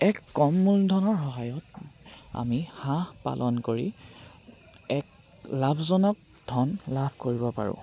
এক কম মূলধনৰ সহায়ত আমি হাঁহ পালন কৰি এক লাভজনক ধন লাভ কৰিব পাৰোঁ